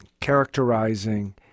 characterizing